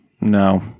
No